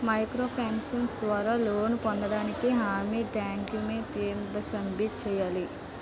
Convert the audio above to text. Micro finance ద్వారా loan పొందటానికి హామీ డాక్యుమెంట్స్ ఎం సబ్మిట్ చేయాలి?